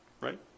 Right